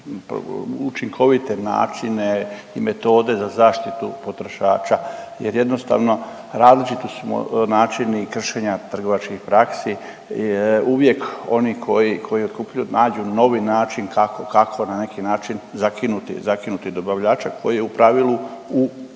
učinkovite načine i metode za zaštitu potrošača jer jednostavno različiti su načini kršenja trgovačkih praksi. Uvijek oni koji, koji kupuju nađu novi način kako, kako na neki način zakinuti, zakinuti dobavljača koji je u pravilu u